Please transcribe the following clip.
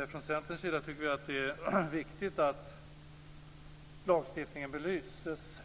på. Från Centerns sida tycker vi att det är viktigt att lagstiftningen belyses.